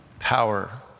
power